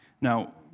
Now